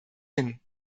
hin